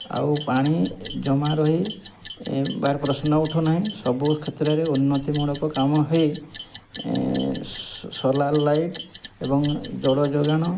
ଆଉ ପାଣି ଜମା ରହିବା ପ୍ରଶ୍ନ ଉଠୁ ନାହିଁ ସବୁ କ୍ଷେତ୍ରରେ ଉନ୍ନତିମୂଳକ କାମ ହେଇ ସୋଲାର୍ ଲାଇଟ୍ ଏବଂ ଜଳ ଯୋଗାଣ